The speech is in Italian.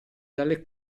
dalle